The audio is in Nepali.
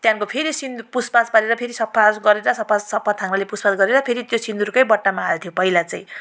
त्यहाँको फेरि सिन्दु पुसपास पारेर फेरि सफा गरेर सफा सफा थाङ्नाले पुसपास गरेर फेरि त्यो सिन्दुरकै बट्टामै हाल्थ्यौँ पहिला चाहिँ